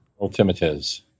Ultimates